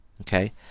Okay